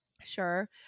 sure